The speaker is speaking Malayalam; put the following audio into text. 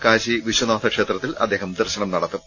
കാശി വിശ്വ നാഥ ക്ഷേത്രത്തിൽ അദ്ദേഹം ദർശനം നടത്തും